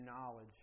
knowledge